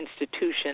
institution